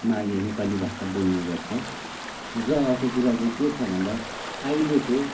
मा यो नेपाली भाषा बोल्ने गर्छ र अर्को कुरा चाहिँ के छ भन्दा अहिलेको